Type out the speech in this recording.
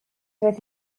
with